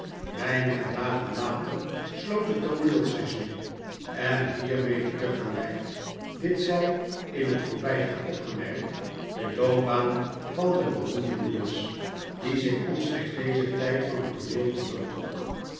weinige dagen later sloot het tooneelseizoen en hiermede te gelijk dit zij in het voorbijgaan opgemerkt de loopbaan van den beroemden lewis die zich omstreeks dezen tijd van het tooneel